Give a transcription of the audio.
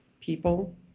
people